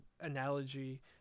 analogy